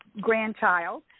grandchild